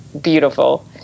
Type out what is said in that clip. beautiful